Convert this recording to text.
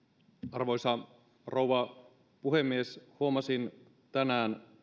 arvoisa rouva puhemies huomasin tänään